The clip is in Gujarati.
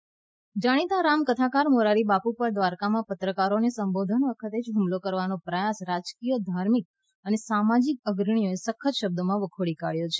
મોરારીબાપુ જાણીતા રામ કથાકાર મોરારી બાપુ પર દ્વારકામાં પત્રકારોને સંબોધન વખતે જ હૂમલો કરવાના પ્રયાસને રાજકીય ધાર્મિક અને સામાજિક અગ્રણીઓએ સખત શબ્દોમાં વખોડી કાઢ્યો છે